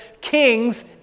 kings